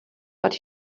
but